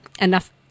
enough